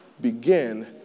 begin